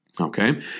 Okay